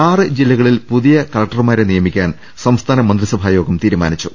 ആറ് ജില്ലകളിൽ പുതിയ കലക്ടർമാരെ നിയമിക്കാൻ മന്ത്രിസഭാ യോഗം തീരുമാനിച്ചു